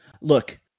look